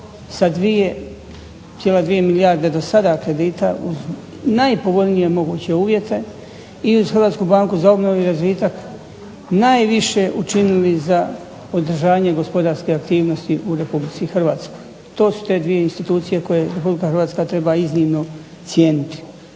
sa 2,2 milijarde dosada kredita uz najpovoljnije moguće uvjete i uz Hrvatsku banku za obnovu i razvitak najviše učinili za održanje gospodarske aktivnosti u RH. To su te dvije institucije koje RH treba iznimno cijeniti